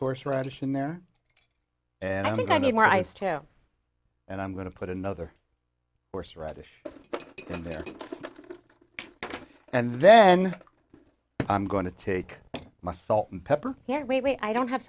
horseradish in there and i think i need more ice too and i'm going to put another horseradish in there and then i'm going to take my salt and pepper yeah wait wait i don't have